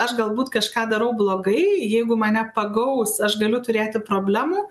aš galbūt kažką darau blogai jeigu mane pagaus aš galiu turėti problemų